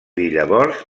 llavors